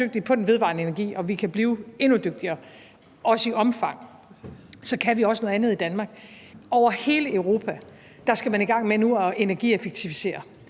og vi kan blive endnu dygtigere, også i omfang – huske, at vi også kan noget andet i Danmark. Over hele Europa skal man nu i gang med at energieffektivisere: